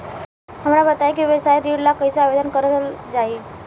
हमरा बताई कि व्यवसाय ऋण ला कइसे आवेदन करल जाई?